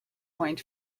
point